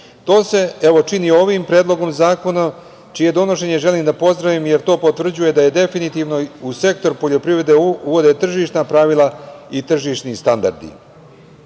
evo, čini ovim predlogom zakona, čije donošenje želim da pozdravim, jer to potvrđuje da se definitivno u sektor poljoprivrede uvode tržišna pravila i tržišni standardi. Ovaj